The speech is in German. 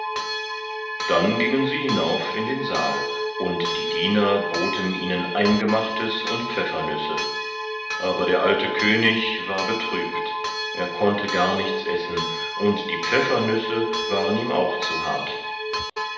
dann gingen sie hinauf in den saal und die diener boten ihnen eingemachtes und pfeffernüsse aber der alte könig war betrübt er konnte gar nichts essen und die pfeffernüsse waren ihm auch zu hart